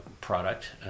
product